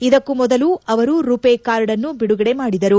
ಇದಕ್ಕೂ ಮೊದಲು ಅವರು ರುಪೇ ಕಾರ್ಡ್ನ್ನು ಬಿಡುಗಡೆ ಮಾಡಿದರು